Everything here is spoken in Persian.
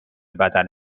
بدن